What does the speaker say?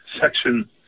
section